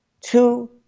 two